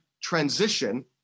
transition